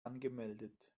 angemeldet